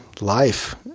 life